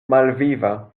malviva